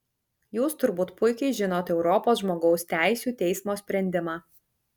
jūs turbūt puikiai žinot europos žmogaus teisių teismo sprendimą